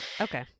okay